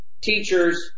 teachers